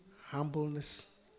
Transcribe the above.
Humbleness